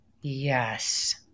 Yes